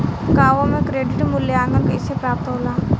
गांवों में क्रेडिट मूल्यांकन कैसे प्राप्त होला?